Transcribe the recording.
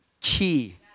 key